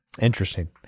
Interesting